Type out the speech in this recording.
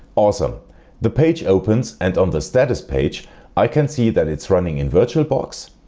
awesome the page opens and on the status page i can see that it's running in virtualbox,